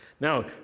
Now